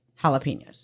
jalapenos